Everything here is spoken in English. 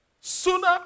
Sooner